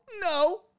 no